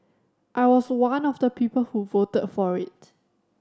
I was one of the people who voted for it